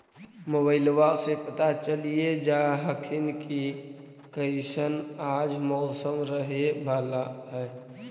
मोबाईलबा से पता चलिये जा हखिन की कैसन आज मौसम रहे बाला है?